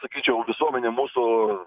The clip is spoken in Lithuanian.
sakyčiau visuomenė mūsų